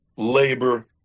labor